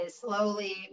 slowly